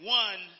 one